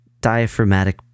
diaphragmatic